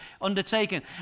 undertaken